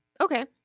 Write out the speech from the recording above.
Okay